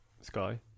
Sky